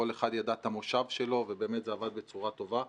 כל אחד ידע את המושב שלו ובאמת זה עבד בצורה טובה.